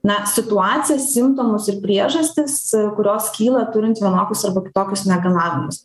na situacijas simptomus ir priežastis kurios kyla turint vienokius arba kitokius negalavimus